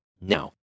Now